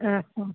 ಹಾಂ ಹಾಂ